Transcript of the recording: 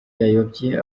yayobye